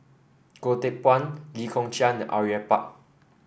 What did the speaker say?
Goh Teck Phuan Lee Kong Chian and Au Yue Pak